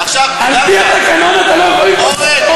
על-פי התקנון אתה לא יכול לרדת מזה.